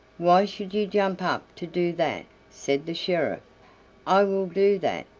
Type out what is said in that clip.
why should you jump up to do that? said the sheriff i will do that!